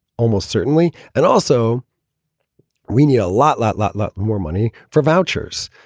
almost certainly. and also renia, a lot, lot, lot, lot more money for vouchers.